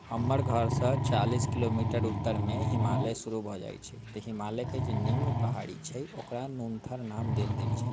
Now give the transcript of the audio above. हमर घऽरसँ चालिस किलोमीटर उत्तरमे हिमालय शुरू भऽ जाइ छै तऽ हिमालयके जे निम्न पहाड़ी छै ओकर नूनथल नाम देल गेल छै